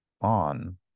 on